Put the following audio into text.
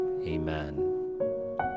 amen